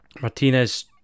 Martinez